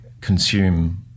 consume